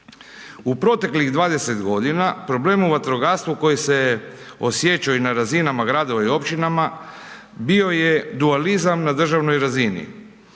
U proteklih 20 godina problem u vatrogastvu koji se je osjećao i na razinama, gradovima i općinama bio je dualizam na državnoj razini.